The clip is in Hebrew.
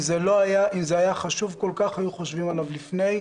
אם זה היה חשוב כל כך היו חושבים עליו לפני.